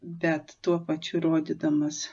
bet tuo pačiu rodydamas